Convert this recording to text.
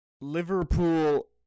Liverpool